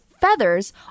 feathers